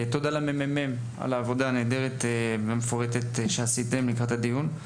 תודה לממ"מ על העבודה הנהדרת והמפורטת שעשיתם לקראת הדיון.